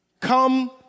Come